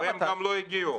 הם גם לא הגיעו.